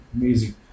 Amazing